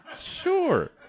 Sure